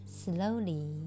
Slowly